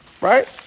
right